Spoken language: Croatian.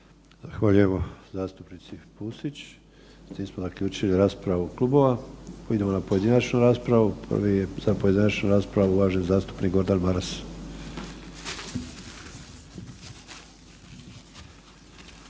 Hvala lijepo zastupnici Pusić. Mi smo zaključili raspravu klubova. Idemo na pojedinačnu raspravu. Prvi je za pojedinačnu raspravu uvaženi zastupnik Gordan Maras.